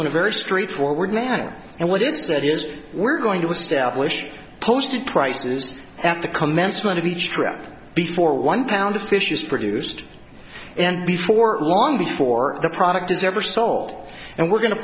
in a very straightforward manner and what is that is we're going to establish posted prices at the commencement of each trip before one lb of fish is produced and before long before the product is ever soul and we're going to